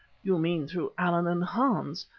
you mean through allan and hans.